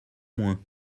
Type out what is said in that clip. moins